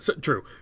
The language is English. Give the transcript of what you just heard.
True